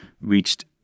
reached